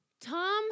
Tom